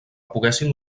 poguessin